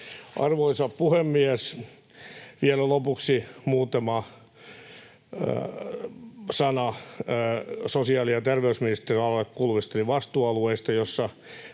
Arvoisa puhemies! Vielä lopuksi muutama sana sosiaali- ja terveysministeriön alaan kuuluvistani vastuualueista, joista